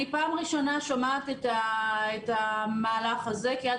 אני פעם ראשונה שומעת את המהלך הזה כי עד